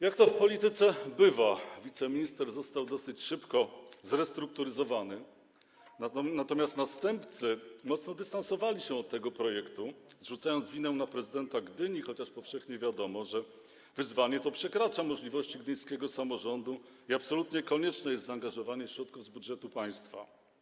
Jak to w polityce bywa, wiceminister został dosyć szybko zrestrukturyzowany, natomiast następcy mocno dystansowali się od tego projektu, zrzucając winę na prezydenta Gdyni, chociaż powszechnie wiadomo, że wyzwanie to przekracza możliwości gdyńskiego samorządu i absolutnie konieczne jest zaangażowanie środków z budżetu państwa.